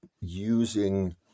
using